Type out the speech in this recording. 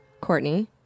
courtney